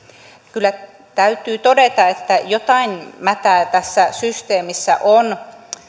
kyllä täytyy todeta että jotain mätää tässä systeemissä on